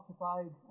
occupied